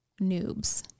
noobs